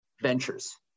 Ventures